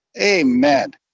Amen